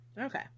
Okay